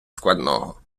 складного